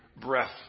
breath